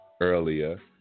earlier